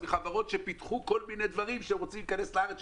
מחברות שפיתחו כל מיני דברים שהן רוצות להיכנס לארץ,